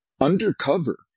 undercover